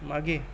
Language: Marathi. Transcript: मागे